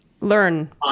learn